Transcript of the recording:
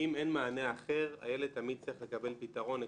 אם אין מענה אחר, הילד תמיד צריך לקבל פתרון.